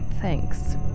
thanks